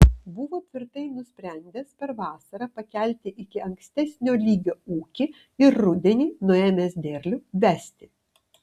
buvo tvirtai nusprendęs per vasarą pakelti iki ankstesnio lygio ūkį ir rudenį nuėmęs derlių vesti